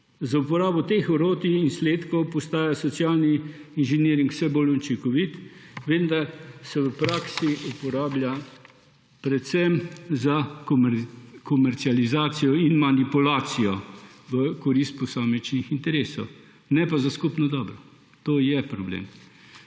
Z uporabo teh orodij in izsledkov postaja socialni inženiring vse bolj učinkovit, vendar se v praksi uporablja predvsem za komercializacijo in manipulacijo v korist posamičnih interesov, ne pa za skupno dobro. To je problem.